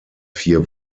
vier